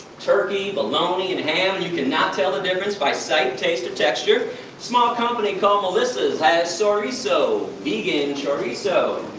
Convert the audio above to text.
turkey, baloney and ham. you can not tell the difference by sight, taste or texture. a small company called melissa's has soyrizo, so vegan chorizo.